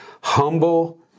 Humble